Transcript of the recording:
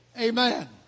Amen